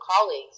colleagues